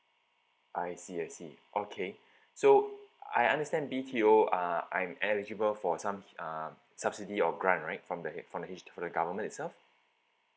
I see I see okay so I understand B_T_O uh I'm eligible for some um subsidy or grant right from the from the H from the government itself